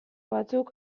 batzuk